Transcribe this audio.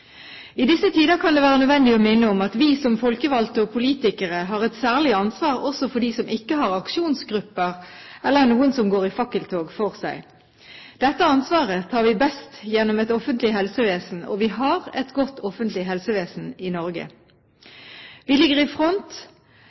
I disse tider kan det være nødvendig å minne om at vi som folkevalgte og politikere har et særlig ansvar også for dem som ikke har aksjonsgrupper eller noen som går i fakkeltog for seg. Dette ansvaret tar vi best gjennom et offentlig helsevesen, og vi har et godt offentlig helsevesen i Norge. Vi ligger i front